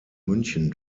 münchen